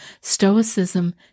Stoicism